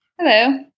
Hello